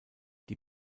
die